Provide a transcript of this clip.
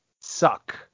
suck